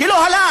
כי לא הלך.